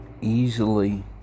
easily